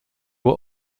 were